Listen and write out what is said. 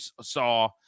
saw